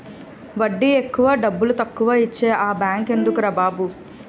వడ్డీ ఎక్కువ డబ్బుతక్కువా ఇచ్చే ఆ బేంకెందుకురా బాబు